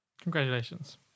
Congratulations